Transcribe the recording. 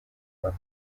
for